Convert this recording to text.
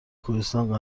کوهستان